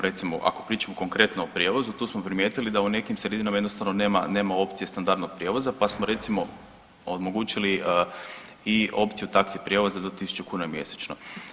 Recimo ako pričamo konkretno o prijevozu tu smo primijetili da u nekim sredinama jednostavno nema opcije standardnog prijevoza pa smo recimo omogućili i opciju taxi prijevoza do 1.000 kuna mjesečno.